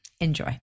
Enjoy